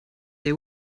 they